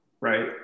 right